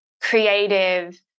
creative